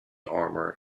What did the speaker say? armour